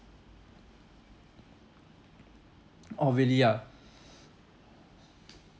oh really ah